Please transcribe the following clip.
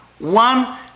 One